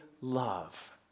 love